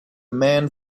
man